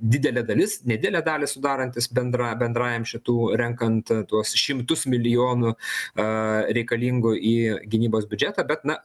didelė dalis nedidelę dalį sudarantys bendra bendrajam šitų renkant tuos šimtus milijonų reikalingų į gynybos biudžetą bet na